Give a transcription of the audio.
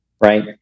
right